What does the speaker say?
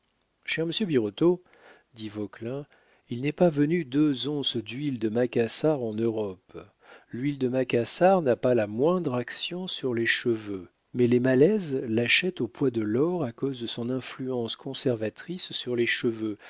cher monsieur birotteau dit vauquelin il n'est pas venu deux onces d'huile de macassar en europe l'huile de macassar n'a pas la moindre action sur les cheveux mais les malaises l'achètent au poids de l'or à cause de son influence conservatrice sur les cheveux